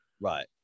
right